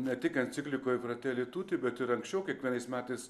ne tik enciklikoje prateri tuti bet ir anksčiau kiekvienais metais